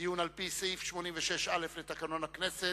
דיון על-פי סעיף 86(א) לתקנון הכנסת,